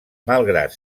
malgrat